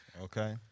Okay